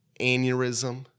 aneurysm